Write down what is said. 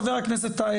חבר הכנסת טייב,